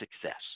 success